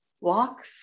walk